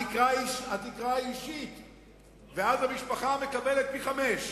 התקרה היא אישית, ואז המשפחה מקבלת פי-חמישה.